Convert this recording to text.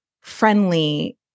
friendly